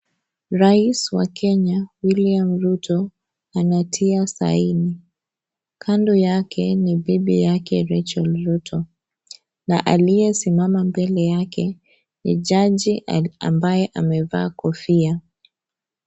Raisi wa Kenya, William Ruto, anatia saini. Kando yake, ni bibi yake, Rachel Ruto na aliyesimama mbele yake, ni jaji ambaye amevaa kofia.